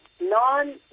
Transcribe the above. non